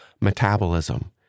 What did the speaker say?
metabolism